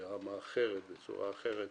הרווחה והבריאות.